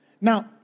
Now